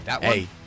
Hey